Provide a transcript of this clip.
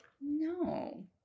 no